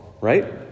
right